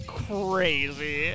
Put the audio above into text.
crazy